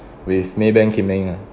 with maybank kim eng ah